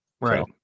Right